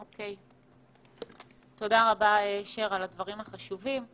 שר, תודה רבה על הדברים החשובים.